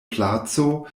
placo